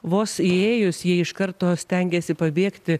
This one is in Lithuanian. vos įėjus jie iš karto stengiasi pabėgti